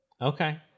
Okay